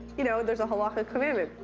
you know, there's a halakhah commandment.